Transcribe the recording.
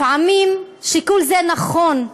לפעמים שיקול זה נכון,